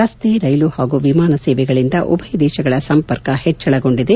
ರಸ್ತೆ ರೈಲು ಹಾಗೂ ವಿಮಾನ ಸೇವೆಗಳಿಂದ ಉಭಯ ದೇಶಗಳ ಸಂಪರ್ಕ ಹೆಚ್ಚಳಗೊಂಡಿದೆ